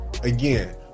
Again